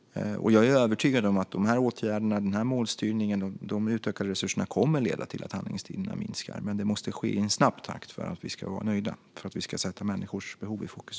Jag är övertygad om att dessa åtgärder, vår målstyrning och de utökade resurserna kommer att leda till att handläggningstiderna minskar, men det måste ske i en snabb takt för att vi ska vara nöjda. Vi måste sätta människors behov i fokus.